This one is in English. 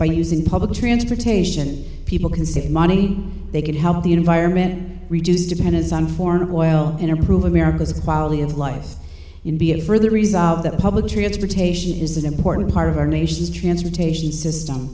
by using public transportation people can save money they could help the environment reduce dependence on foreign oil in approve america's quality of life and be of further resolve that public transportation is an important part of our nation's transportation system